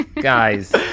guys